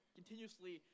continuously